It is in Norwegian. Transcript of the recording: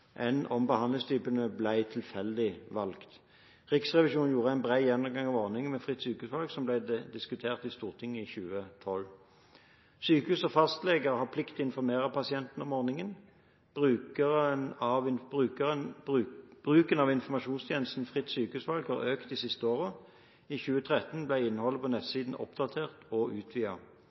enn om behandlingstypene ble tilfeldig valgt. Riksrevisjonen gjorde en bred gjennomgang av ordningen med fritt sykehusvalg, som ble diskutert i Stortinget i 2012. Sykehus og fastlege har plikt til å informere pasientene om ordningen. Bruken av informasjonstjenesten Fritt sykehusvalg har økt de siste årene. I 2013 ble innholdet på nettsidene oppdatert og